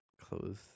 close